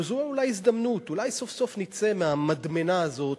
זו אולי הזדמנות, אולי סוף-סוף נצא מהמדמנה הזאת